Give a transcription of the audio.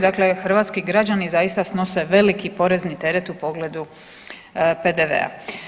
Dakle, hrvatski građani zaista snose veliki porezni teret u pogledu PDV-a.